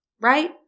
right